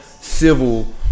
civil